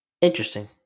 Interesting